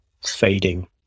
fading